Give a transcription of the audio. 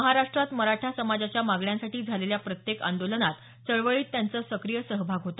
महाराष्ट्रात मराठा समाजाच्या मागण्यांसाठी झालेल्या प्रत्येक आंदोलनात चळवळीत त्यांचं सक्रीय सहभाग होता